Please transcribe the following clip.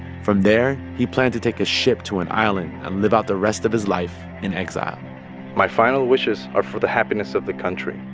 from there, he planned to take a ship to an island and live out the rest of his life in exile my final wishes are for the happiness of the country.